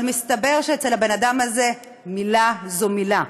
אבל מסתבר שאצל הבן אדם הזה מילה זו מילה.